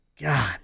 God